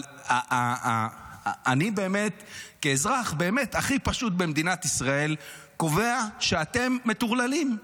אני כאזרח הכי פשוט במדינת ישראל קובע שאתם מטורללים.